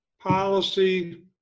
policy